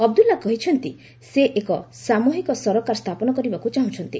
ଅବଦୁଲା କହିଚ୍ଚନ୍ତି ସେ ଏକ ସାମୃହିକ ସରକାର ସ୍ଥାପନ କରିବାକୁ ଯାଉଛନ୍ତି